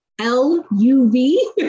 L-U-V